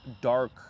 dark